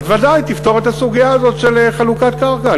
אז ודאי תפתור את הסוגיה הזאת של חלוקת קרקע.